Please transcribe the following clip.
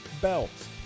belts